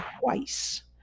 twice